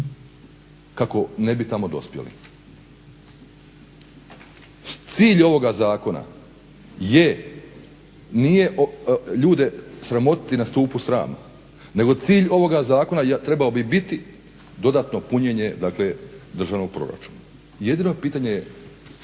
kako ne bi tamo dospjeli. Cilj ovoga zakona nije ljude sramotiti na stupu srama nego cilj ovoga zakona trebao bi biti dodatno punjenje državnog proračuna. Jedino je pitanje kamo